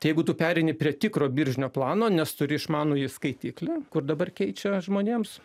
jeigu tu pereini prie tikro biržinio plano nes turi išmanųjį skaitiklį kur dabar keičia žmonėms